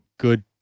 good